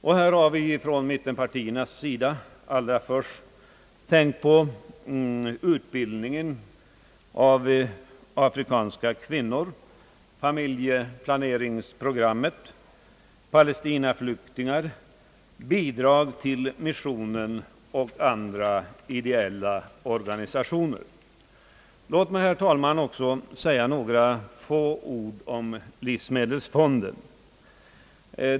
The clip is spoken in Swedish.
Vi har från mittenpartiernas sida främst tänkt på utbildningen av afrikanska kvinnor, familjeplaneringsprogrammet, Palestinaflyktingarna, bidrag till missionen och andra ideella organisationer. Låt mig, herr talman, också säga några få ord om livsmedelsfonden.